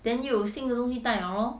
then 又有新的东西带 liao lor